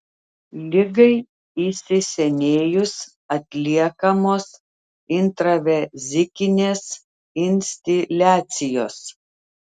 ligai įsisenėjus atliekamos intravezikinės instiliacijos